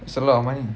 that's a lot of money